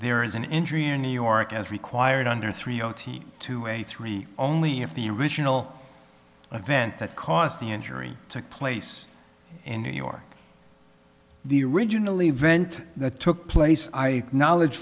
there is an injury in new york as required under three o t two a three only if the original event that caused the injury took place in new york the original event that took place i knowledge